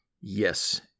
Yes